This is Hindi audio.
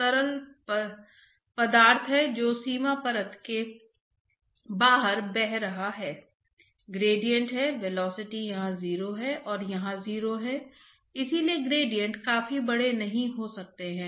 लेकिन द्रव की परतों के बीच घर्षण होने वाला है और यही कारण है कि शियर स्ट्रेस यहां आता है और शरीर बल दूसरे पर आ जाएगा